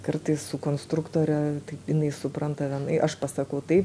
kartais su konstruktore tai jinai supranta vienai aš pasakau taip